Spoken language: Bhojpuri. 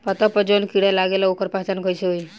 पत्ता पर जौन कीड़ा लागेला ओकर पहचान कैसे होई?